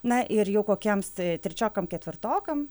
na ir jau kokiems trečiokam ketvirtokam